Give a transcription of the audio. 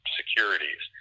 securities